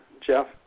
Jeff